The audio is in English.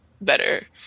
better